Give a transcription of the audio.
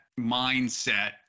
mindset